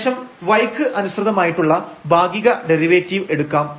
ശേഷം yക്ക് അനുസൃതമായിട്ടുള്ള ഭാഗിക ഡെറിവേറ്റീവ് എടുക്കാം